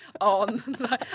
on